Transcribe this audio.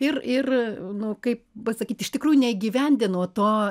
ir ir nu kaip pasakyt iš tikrųjų neįgyvendino to